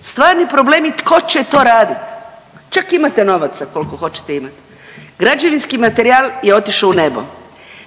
Stvarni problem je tko će to raditi? Čak imate novaca koliko hoćete, imate, građevinski materijal je otišao u nebo.